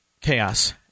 chaos